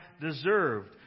deserved